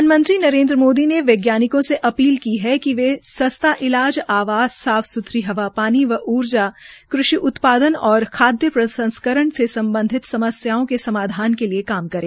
प्रधानमंत्री नरेन्द्र मोदी ने वैज्ञानिकों से अपील की है कि वे सस्ता इलाज आवास साफ सुथरी हवा पानी व ऊर्जा कृषि उत्पादन और साथ प्रसंस्करण से सम्बधित समस्याओं के समाधान के लिये काम करें